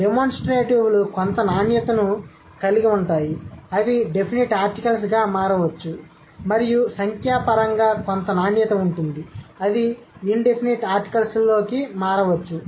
డెమోన్స్ట్రేటివ్లు కొంత నాణ్యతను కలిగి ఉంటాయి అవి డెఫినిట్ ఆర్టికల్స్గా మారవచ్చు మరియు సంఖ్యాపరంగా కొంత నాణ్యత ఉంటుంది అది ఇన్ డెఫినిట్ ఆర్టికల్స్లోకి మారవచ్చు